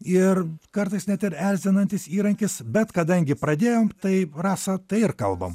ir kartais net ir erzinantis įrankis bet kadangi pradėjom tai rasa tai ir kalbam